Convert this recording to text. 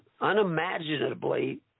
unimaginably